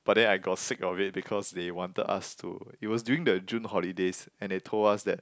but then I got sick of it because they wanted us to it was during the June holidays and they told us that